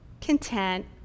content